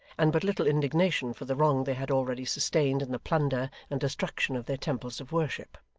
and but little indignation for the wrong they had already sustained in the plunder and destruction of their temples of worship.